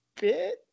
bit